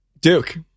Duke